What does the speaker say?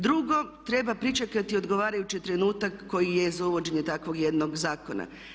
Drugo, treba pričekati odgovarajući trenutak koji je za uvođenje takvog jednog zakona.